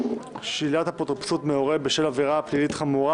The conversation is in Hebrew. (שלילת אפוטרופסות מהורה בשל עבירה פלילית חמורה),